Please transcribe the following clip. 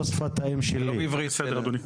רבה אדוני.